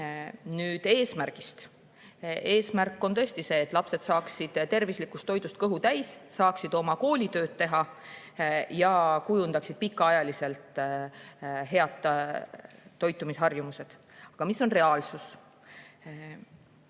Nüüd eesmärgist. Eesmärk on tõesti see, et lapsed saaksid tervislikust toidust kõhu täis, saaksid oma koolitööd teha ja kujundaksid pikaks ajaks head toitumisharjumused. Aga mis on reaalsus?